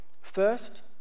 First